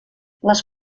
les